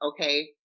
okay